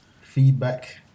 Feedback